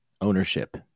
ownership